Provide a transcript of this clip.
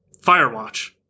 Firewatch